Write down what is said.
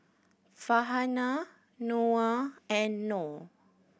Farhanah Noah and Nor